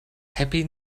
happy